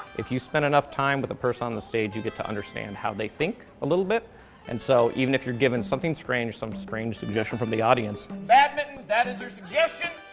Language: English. if you spend enough time with the person on the stage you get to understand how they think a little bit and so even if you're given something strange, some strange suggestion from the audience. badminton! that is your suggestion!